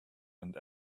and